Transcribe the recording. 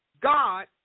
God